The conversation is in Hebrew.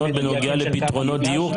היא יודעת לענות בנוגע לפתרונות דיור?